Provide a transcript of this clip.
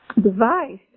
device